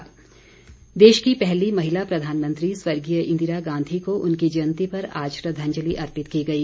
जयंती देश की पहली महिला प्रधानमंत्री स्वर्गीय इंदिरा गांधी को उनकी जयंती पर आज श्रद्धांजलि अर्पित की गई